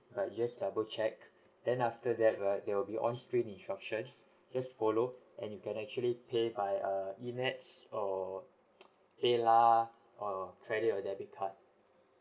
right just double check then after that right there will be onscreen instructions just follow and you can actually pay by err E NETS or PAYLAH or credit or debit card